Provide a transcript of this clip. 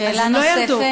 אז לא ירדו.